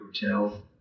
Hotel